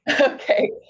Okay